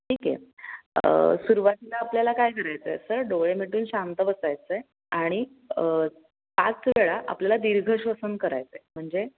ठीक आहे सुरुवातीला आपल्याला काय करायचं आहे सर डोळे मिटून शांत बसायचं आहे आणि पाच वेळा आपल्याला दीर्घ श्वसन करायचं आहे म्हणजे